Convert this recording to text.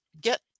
get